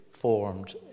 formed